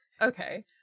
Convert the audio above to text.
Okay